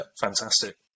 fantastic